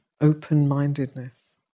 open-mindedness